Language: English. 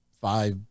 five